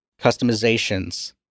customizations